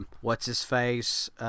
What's-His-Face